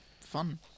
fun